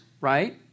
right